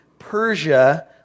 Persia